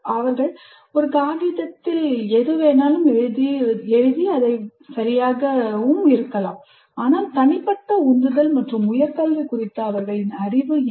அவர்கள் ஒரு காகிதத்தில் எழுதும் எதுவாகிலும் சரியாக இருக்கலாம் ஆனால் தனிப்பட்ட உந்துதல் மற்றும் உயர் கல்வி குறித்த அவர்களின் அறிவு என்ன